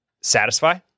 Satisfy